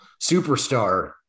Superstar